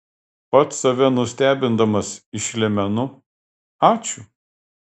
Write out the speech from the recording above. pats save nustebindamas išlemenu ačiū